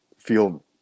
feel